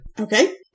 Okay